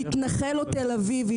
מתנחל או תל אביבי,